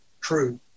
true